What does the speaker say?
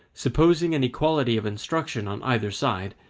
supposing an equality of instruction on either side,